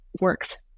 works